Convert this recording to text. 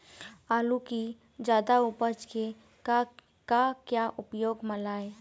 आलू कि जादा उपज के का क्या उपयोग म लाए?